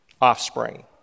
offspring